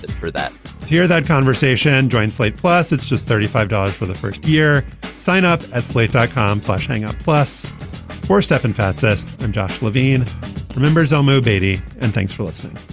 for that year that conversation joined slate plus it's just thirty five dollars for the first year sign up at slate dot com fleshing out plus for stefan fatsis and josh levine remembers omar um obeidi. and thanks for listening